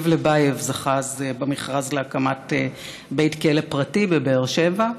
לב לבייב זכה אז במכרז להקמת בית כלא פרטי בבאר שבע,